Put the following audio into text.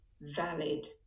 valid